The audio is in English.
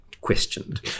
questioned